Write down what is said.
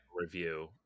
review